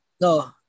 no